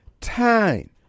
time